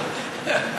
צריך לקרר את זה.